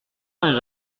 saint